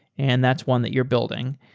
and that's one that you're building.